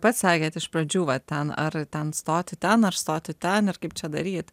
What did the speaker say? pats sakėt iš pradžių va ten ar ten stoti ten ar stoti ten ir kaip čia daryt